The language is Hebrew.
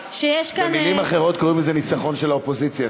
במילים אחרות קוראים לזה ניצחון של האופוזיציה,